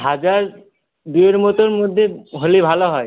হাজার দুইয়ের মতন মধ্যে হলে ভালো হয়